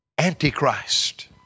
Antichrist